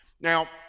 now